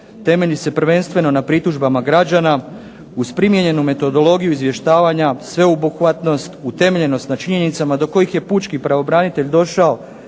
Temelji se prvenstveno na pritužbama građana uz primijenjenu metodologiju izvještavanja, sveobuhvatnost, utemeljenost na činjenicama do kojih je pučki pravobranitelj došao